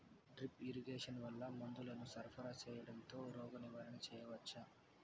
Drip irrigation వల్ల మందులను సరఫరా సేయడం తో రోగ నివారణ చేయవచ్చా?